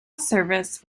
service